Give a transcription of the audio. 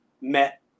Met